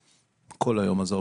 כל היום הזה,